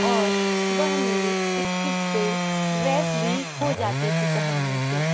और वह मेरे स्किन पे ड्रेस भी हो जाती थी पहनने से